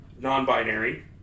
non-binary